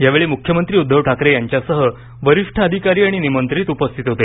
यावेळी मुख्यमंत्री उद्दव ठाकरे यांच्यासहित वरिष्ठ शासकीय अधिकारी आणि निमंत्रित उपस्थित होते